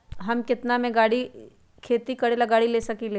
हम केतना में खेती करेला गाड़ी ले सकींले?